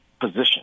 position